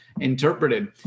interpreted